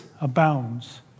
abounds